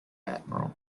admiral